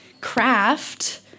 craft